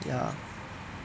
ya